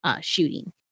shooting